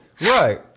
right